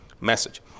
message